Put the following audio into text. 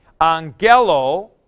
angelo